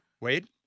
Wade